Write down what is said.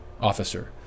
officer